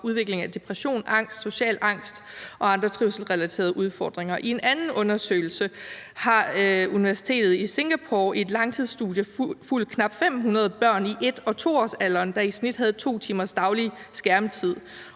udvikling af depression, angst, social angst og andre trivselsrelaterede udfordringer. I forbindelse med en anden undersøgelse har universitetet i Singapore i et langtidsstudie fulgt knap 500 børn i 1- og 2-årsalderen, der i snit havde 2 timers daglig skærmtid,